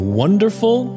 wonderful